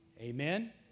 Amen